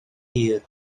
hir